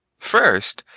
first,